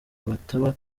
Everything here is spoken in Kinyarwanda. bataba